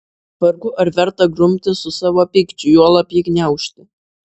vargu ar verta grumtis su savo pykčiu juolab jį gniaužti